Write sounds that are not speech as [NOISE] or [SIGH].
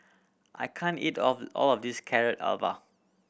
I can't eat of all of this Carrot [UNINTELLIGIBLE]